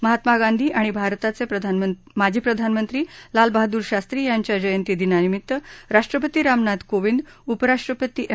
महात्मा गांधी आणि भारताचे माजी प्रधानमंत्री लालबहादूर शास्त्री यांच्या जयंतीदिनानिमीत्त राष्ट्रपती रामनाथ कोविंद उपराष्ट्रपती एम